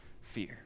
fear